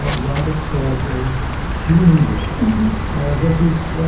ah rather tawdry human world that is